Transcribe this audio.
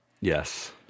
Yes